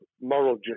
moral